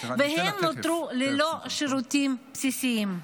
והם נותרו ללא שירותים בסיסיים.